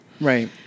right